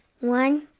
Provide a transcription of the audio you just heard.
One